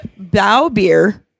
Bowbeer